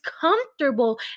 comfortable